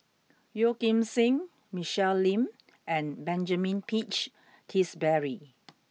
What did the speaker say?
Yeo Kim Seng Michelle Lim and Benjamin Peach Keasberry